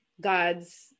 god's